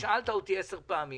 אתה שאלת אותי עשר פעמיים.